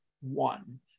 one